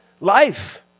life